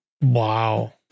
Wow